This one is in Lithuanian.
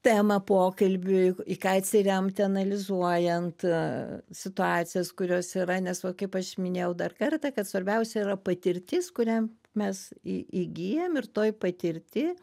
temą pokalbiui į ką atsiremti analizuojant situacijas kurios yra nes va kaip aš minėjau dar kartą kad svarbiausia yra patirtis kurią mes į įgyjam ir toj patirty